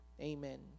Amen